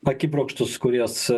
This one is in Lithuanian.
akibrokštus kuriuos